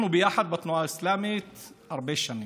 אנחנו ביחד בתנועה האסלאמית הרבה שנים.